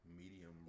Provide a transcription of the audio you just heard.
medium